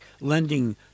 lending